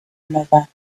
another